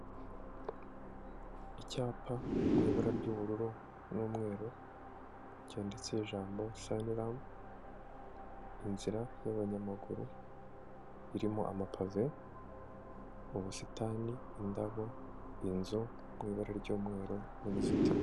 Icyapa mu ibara ry'ubururu n'umweru cyanyanditseho ijambo aniramu inzira y'abanyamaguru irimo amapave mu busitani, indabo, inzu mu ibara ry'umweru n'uruzitiro.